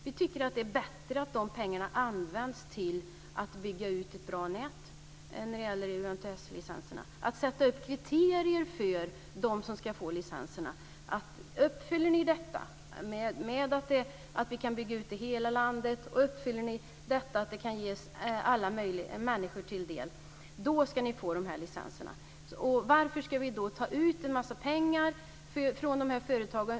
Vi tycker att det är bättre att de pengarna används till att bygga ut ett bra nät för UMTS-licenserna. Vi ska sätta upp kriterier för dem som söker licenserna. Om man uppfyller kriterierna, t.ex. en utbyggnad i hela landet och att det ska komma alla människor till del, då kan man få licenserna. Så varför ska vi ta ut en massa pengar från företagen?